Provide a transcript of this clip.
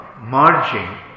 merging